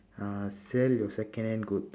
uh sell your second hand goods